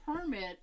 permit